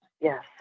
Yes